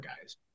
guys